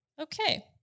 Okay